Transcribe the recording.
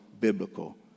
biblical